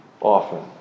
often